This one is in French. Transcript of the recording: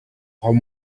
rends